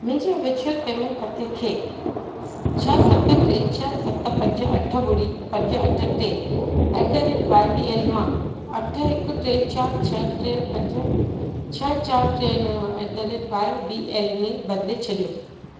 मुंहिंजे विचुअल पेमेंट पते खे छह सत टे छह सत पंज अठ ॿुड़ी पंज अठ टे at the rate Y B L मां अठ हिकु टे चारि छह टे पंज छह चारि टे नव at the rate Y B L में बदिले छॾियो